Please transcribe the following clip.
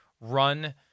run